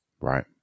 Right